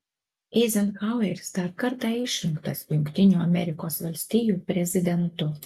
eizenhaueris dar kartą išrinktas jungtinių amerikos valstijų prezidentu